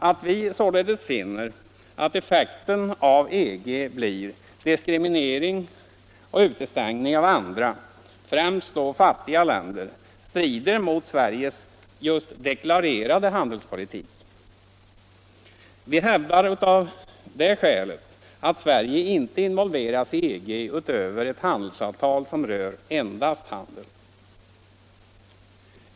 Att vi således finner att effekten av EG blir diskriminering och utestängning av andra, främst fattiga, länder strider mot Sveriges deklarerade handelspolitik. Vi hävdar att det är skäl för att Sverige inte involveras i EG utöver ett avtal som rör endast handel.